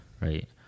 right